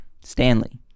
Stanley